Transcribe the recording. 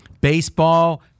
Baseball